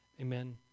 Amen